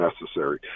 necessary